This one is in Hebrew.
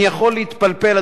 אני יכול להתפלפל,